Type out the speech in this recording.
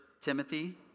Timothy